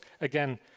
Again